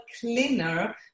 cleaner